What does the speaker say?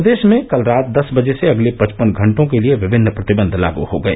प्रदेश में कल रात दस बजे से अगले पचपन घंटों के लिए विभिन्न प्रतिबंध लागू हो गए